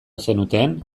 zenuten